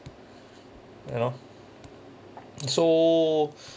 you know so